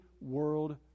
world